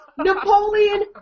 Napoleon